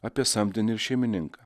apie samdinį šeimininką